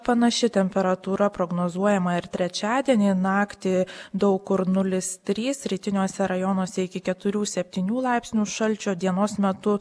panaši temperatūra prognozuojama ir trečiadienį naktį daug kur nulis trys rytiniuose rajonuose iki keturių septynių laipsnių šalčio dienos metu